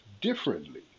differently